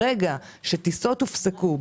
ברגע שטיסות הופסקו,